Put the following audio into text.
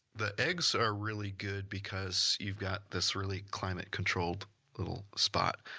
the eggs are really good because you've got this really climate controlled little spot,